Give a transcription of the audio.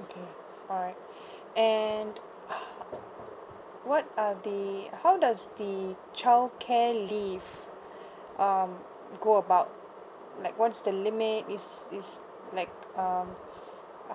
okay alright and what are the how does the childcare leave um go about like what's the limit is like um